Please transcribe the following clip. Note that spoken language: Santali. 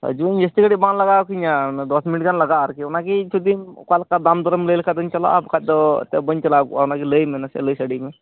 ᱦᱟᱹᱡᱩᱜ ᱟᱹᱧ ᱡᱟᱹᱥᱛᱤ ᱜᱷᱟᱲᱤᱡ ᱵᱟᱝ ᱞᱟᱜᱟᱣ ᱠᱤᱧᱟ ᱫᱚᱥ ᱢᱤᱱᱤᱴ ᱜᱟᱱ ᱞᱟᱜᱟᱜᱼᱟ ᱟᱨᱠᱤ ᱚᱱᱟᱜᱮ ᱡᱩᱫᱤᱢ ᱚᱠᱟ ᱞᱮᱠᱟ ᱫᱟᱢ ᱫᱚᱨᱮᱢ ᱞᱟᱹᱭ ᱞᱮᱠᱷᱟᱡ ᱫᱚᱧ ᱪᱟᱞᱟᱜᱼᱟ ᱵᱟᱠᱷᱟᱡ ᱫᱚ ᱮᱱᱛᱮᱫ ᱵᱟᱹᱧ ᱪᱟᱞᱟᱣ ᱠᱚᱜᱼᱟ ᱚᱱᱟ ᱜᱮ ᱞᱟᱹᱭ ᱢᱮ ᱱᱟᱥᱮᱭᱟᱜ ᱞᱟᱹᱭ ᱥᱟᱰᱮ ᱢᱮ